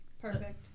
perfect